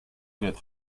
get